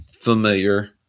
familiar